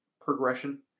progression